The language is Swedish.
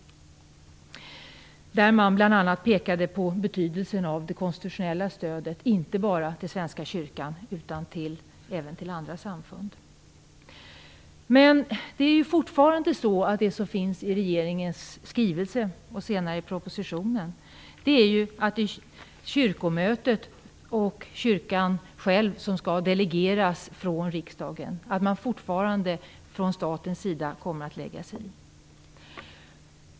Där pekade man bl.a. på betydelsen av det konstitutionella stödet inte bara till Svenska kyrkan utan även till andra samfund. Det är fortfarande så att det i regeringens skrivelse och senare i propositionen sägs att Kyrkomötet och kyrkan själv skall delegeras från riksdagen, att man fortfarande kommer att lägga sig i från statens sida.